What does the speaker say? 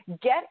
get